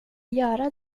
göra